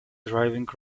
driving